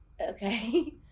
okay